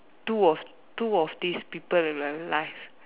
two of two of these people in my life